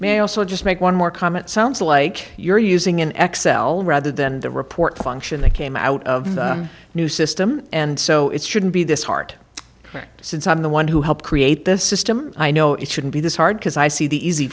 also just make one more comment sounds like you're using an x l rather than the report function that came out of the new system and so it shouldn't be this heart since i'm the one who helped create this system i know it shouldn't be this hard because i see the easy